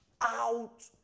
out